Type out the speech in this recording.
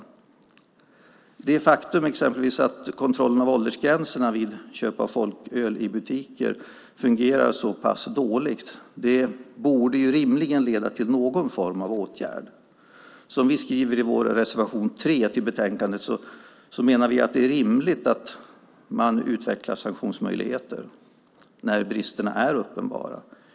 Till exempel det faktum att kontrollen av åldersgränserna vid köp av folköl i butiker fungerar så pass dåligt borde rimligen leda till någon form av åtgärd. Vi skriver i vår reservation 3 i betänkandet att det är rimligt att man utvecklar sanktionsmöjligheter när bristerna är uppenbara.